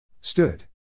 Stood